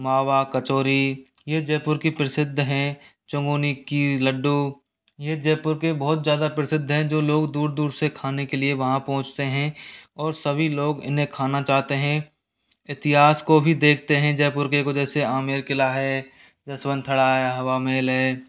मावा कचोरी यह जयपुर की प्रसिद्ध हैं चमोली की लड्डू यह जयपुर के बहुत ज़्यादा प्रसिद्ध हैं जो लोग दूर दूर से खाने के लिए वहाँ पहुंचते हैं और सभी लोग इन्हें खाना चाहते हैं इतिहास को भी देखते हैं जयपुर के को जैसे आमेर किला है जसवंत खड़ा है हवा महल है